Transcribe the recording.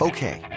Okay